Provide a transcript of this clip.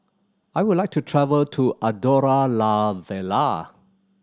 I would like to travel to Andorra La Vella